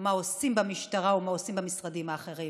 מה עושים במשטרה ומה עושים במשרדים האחרים.